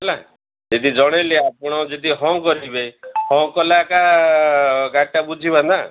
ହେଲା ଯେଦି ଜଣେଇଲି ଆପଣ ଯେଦି ହଁ କରିବେ ହଁ କଲେ ଏକା ଗାଡ଼ିଟା ବୁଝିବା ନା